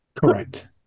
Correct